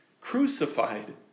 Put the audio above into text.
crucified